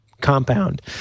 compound